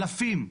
אלפים.